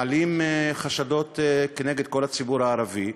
מעלים חשדות כנגד כל הציבור הערבי.